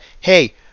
hey